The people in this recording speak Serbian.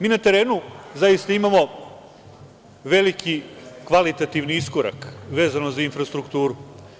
Mi na terenu zaista imamo veliki kvalitativni iskorak vezano za infrastrukturu.